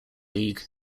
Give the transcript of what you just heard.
league